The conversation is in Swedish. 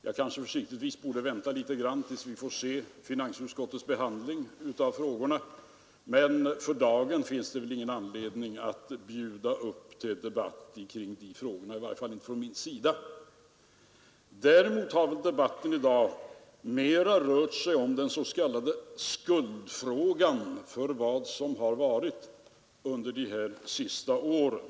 För säkerhets skull kanske jag borde vänta litet grand tills vi får se finansutskottets behandling av frågorna, men för dagen finns det väl inte någon anledning att bjuda upp till debatt kring dem — i varje fall inte för mig. Däremot har debatten i dag mera rört sig om den s.k. skulden för vad som har varit under de senaste åren.